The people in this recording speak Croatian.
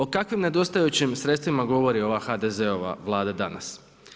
O kakvim nedostajućim sredstvima govori ova HDZ-ova Vlada danas?